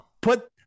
Put